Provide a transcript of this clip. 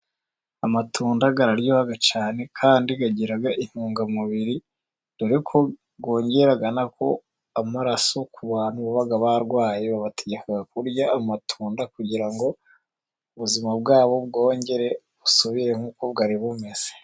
Amatunda araryoha cyane, kandi agira intungamubiri, dore ko yongera amaraso ku bantu baba barwaye, babategeka kurya amatunda, kugira ngo ubuzima bwabo bwongere busubire uko bwari bumeze.